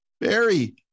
Barry